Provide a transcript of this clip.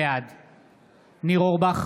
בעד ניר אורבך,